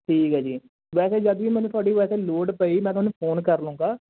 ਠੀਕ ਹੈ ਜੀ ਵੈਸੇ ਜਦੋਂ ਵੀ ਮੈਨੂੰ ਤੁਹਾਡੀ ਵੈਸੇ ਲੋੜ ਪਈ ਮੈਂ ਤੁਹਾਨੂੰ ਫੋਨ ਕਰ ਲੂੰਗਾ